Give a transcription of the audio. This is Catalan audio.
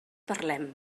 parlem